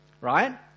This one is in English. right